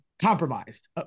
compromised